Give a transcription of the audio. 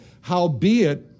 howbeit